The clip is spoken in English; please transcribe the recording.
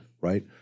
right